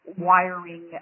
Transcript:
wiring